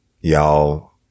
y'all